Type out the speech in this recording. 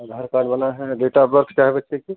आधार card बना हैं date of birth क्या है बच्चे की